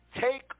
take